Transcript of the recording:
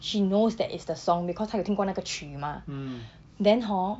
she knows that it's the song because 她有听过那个曲吗 then hor